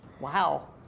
Wow